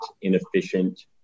inefficient